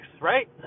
right